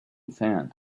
sand